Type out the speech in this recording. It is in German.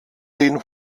den